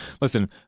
Listen